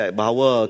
bahawa